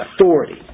Authority